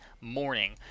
morning